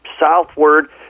southward